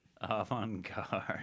Avant-garde